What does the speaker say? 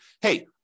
hey